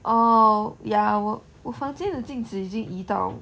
oh ya 我我房间的镜子已经移到